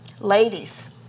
Ladies